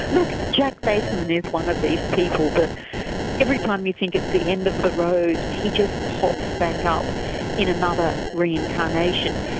look, ah jack vaisman is one of these people that every time you think it's the end of the road he just pops back up in another reincarnation.